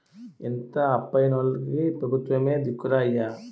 ఇంత అప్పయి పోనోల్లకి పెబుత్వమే దిక్కురా అయ్యా